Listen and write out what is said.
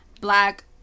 black